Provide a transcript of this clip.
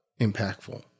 impactful